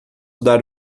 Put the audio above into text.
dar